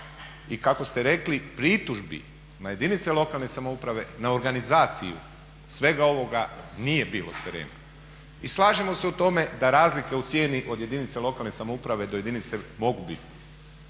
i kako ste rekli pritužbi na jedinice lokalne samouprave, na organizaciju svega ovoga nije bilo s terena. I slažemo se u tome da razlike u cijeni od jedinica lokalne samouprave do jedinice mogu biti,